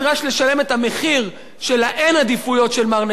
את המחיר של האין-עדיפויות של מר נתניהו,